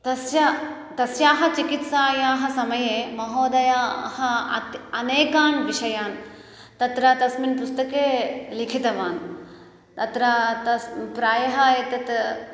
तस्य तस्याः चिकित्सायाः समये महोदयः अति अनेकान् विषयान् तत्र तस्मिन् पुस्तके लिखितवान् तत्र तस्य प्रायः एतत्